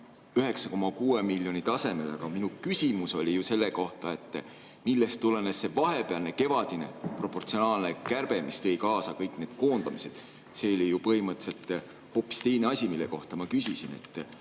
249,6 miljoni tasemele. Aga minu küsimus oli ju selle kohta, millest tulenes see vahepealne kevadine proportsionaalne kärbe, mis tõi kaasa kõik need koondamised. See oli ju põhimõtteliselt hoopis teine asi, mille kohta ma küsisin.